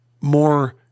more